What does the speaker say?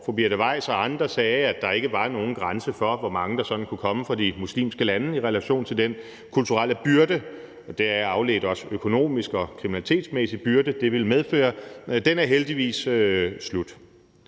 fru Birte Weiss og andre sagde, at der ikke var nogen grænse for, hvor mange der sådan kunne komme fra de muslimske lande – i relation til den kulturelle byrde og deraf også afledte økonomiske og kriminalitetsmæssige byrde, det ville medføre – er heldigvis slut.